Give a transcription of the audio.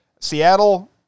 Seattle